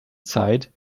zeit